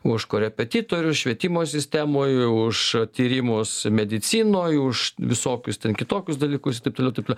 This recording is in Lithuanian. už korepetitorius švietimo sistemoj už tyrimus medicinoj už visokius ten kitokius dalykus i taip toliau taip toliau